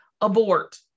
abort